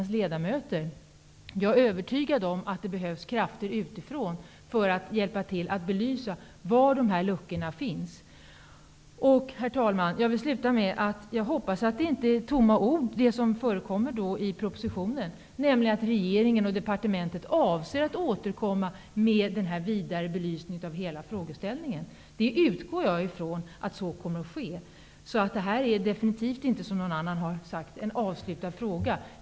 Men jag är också övertygad om att det behövs krafter utifrån som kan hjälpa till att belysa var luckorna finns. Herr talman! Jag vill avsluta med att jag hoppas att det som står i propositionen inte bara är tomma ord, nämligen att regeringen och departementet avser att återkomma med en vidare belysning av hela frågeställningen. Jag utgår ifrån att så kommer att ske. Det här är definitivt inte en avslutad fråga.